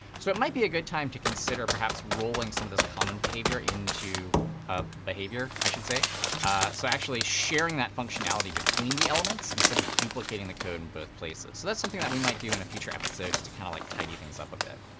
so it might be a good time to consider perhaps rolling some of those common behaviors into ah behavior, i should say so actually sharing that functionality between the elements instead of duplicating the code in both places. so that's something that we might do in a future episode to kind of like tidy things up a bit.